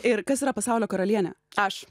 ir kas yra pasaulio karalienė aš